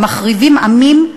המחריבים עמים,